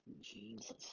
Jesus